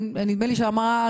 נדמה לי שהיא אמרה,